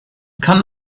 kann